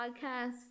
podcast